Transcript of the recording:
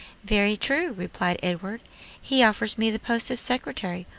very true, replied edward he offers me the post of secretary.